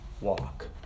walk